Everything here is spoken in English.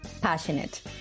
Passionate